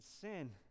sin